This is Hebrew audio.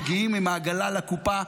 מגיעים עם העגלה לקופה,